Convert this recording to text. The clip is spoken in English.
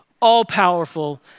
all-powerful